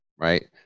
Right